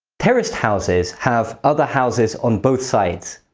terraced houses have other houses on both sides,